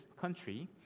country